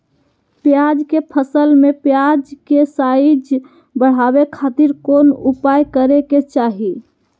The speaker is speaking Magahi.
प्याज के फसल में प्याज के साइज बढ़ावे खातिर कौन उपाय करे के चाही?